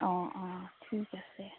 অঁ অঁ ঠিক আছে